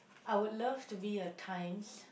I would love to be a times